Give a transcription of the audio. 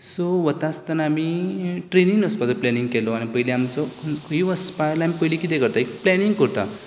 so वता आसतना आमी ट्रेनीन वचपाचो प्लेनींग केल्लो आनी पयली आमचो खंयूय वसपा जाल्यार आमी पयलीं कितें करता एक प्लेनींग करतात